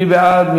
מי בעד?